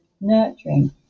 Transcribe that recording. nurturing